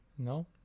no